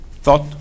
thought